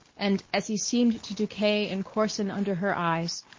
and as he seemed to decay and coarsen under her eyes,